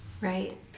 right